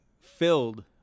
filled